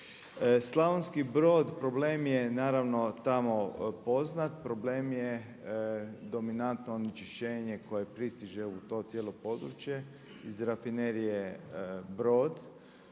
Slavonski Brod problem je naravno tamo poznat, problem je dominantno onečišćenje koje pristiže u to cijelo područje iz rafinerije Brod.